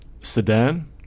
sedan